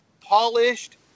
polished